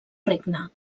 regne